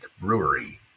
Brewery